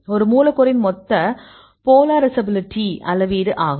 ஒரு மூலக்கூறின் மொத்த போலரிசபிலிடி அளவீடு ஆகும்